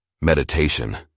meditation